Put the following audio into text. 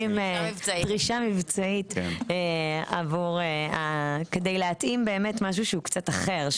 עושים דרישה מבצעית כדי להתאים באמת משהו שהוא קצת אחר,